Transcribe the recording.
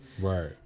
Right